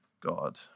God